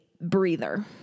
breather